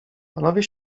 panowie